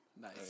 Nice